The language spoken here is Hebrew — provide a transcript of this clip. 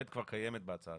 העירייה צריכה לדעת.